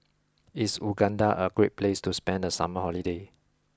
is Uganda a great place to spend the summer holiday